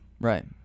right